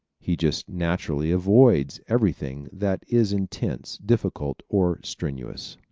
he just naturally avoids everything that is intense, difficult or strenuous.